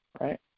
right